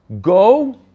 Go